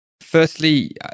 firstly